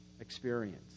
experience